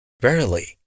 Verily